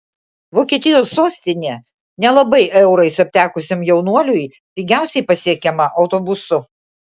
vokietijos sostinė nelabai eurais aptekusiam jaunuoliui pigiausiai pasiekiama autobusu